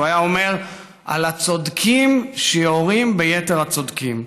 הוא היה אומר על הצודקים שיורים ביתר הצודקים.